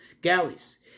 galleys